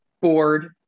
board